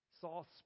Saul